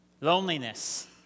loneliness